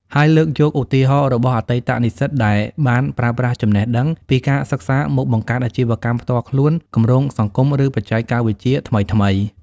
ហើយលើកយកឧទាហរណ៍របស់អតីតនិស្សិតដែលបានប្រើប្រាស់ចំណេះដឹងពីការសិក្សាមកបង្កើតអាជីវកម្មផ្ទាល់ខ្លួន គម្រោងសង្គម ឬបច្ចេកវិទ្យាថ្មីៗ។